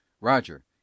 Roger